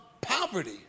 poverty